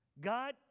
God